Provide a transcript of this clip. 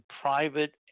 private